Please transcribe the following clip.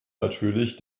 natürlich